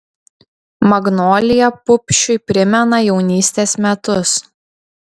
magnolija pupšiui primena jaunystės metus